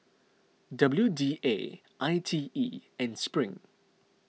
W D A I T E and Spring